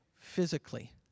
physically